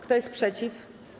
Kto jest przeciw?